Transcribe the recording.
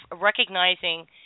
recognizing